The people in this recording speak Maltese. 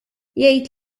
jgħid